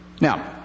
Now